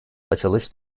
açılış